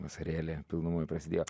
vasarėlė pilnumoj prasidėjo